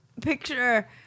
picture